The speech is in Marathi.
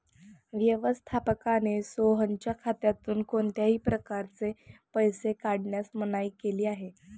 व्यवस्थापकाने सोहनच्या खात्यातून कोणत्याही प्रकारे पैसे काढण्यास मनाई केली आहे